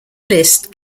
list